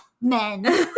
Men